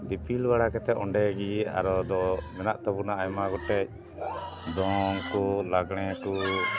ᱫᱤᱯᱤᱞ ᱵᱟᱲᱟ ᱠᱟᱛᱮᱫ ᱚᱸᱰᱮ ᱜᱮ ᱟᱨᱚ ᱫᱚ ᱢᱮᱱᱟᱜ ᱛᱟᱵᱚᱱᱟ ᱟᱭᱢᱟ ᱜᱚᱴᱮᱡ ᱫᱚᱝ ᱠᱚ ᱞᱟᱜᱽᱬᱮ ᱠᱚ